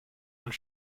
und